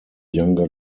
younger